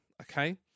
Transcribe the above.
okay